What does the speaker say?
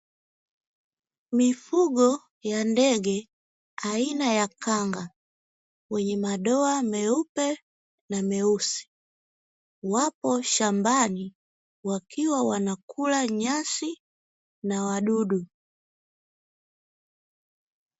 Mifugo ya ndege aina ya kanga wenye madoa meupe na meusi wapo shambani, wakiwa wanakula nyasi na wadudu.